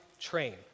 train